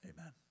amen